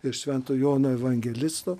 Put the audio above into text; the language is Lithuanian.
ir švento jono evangelisto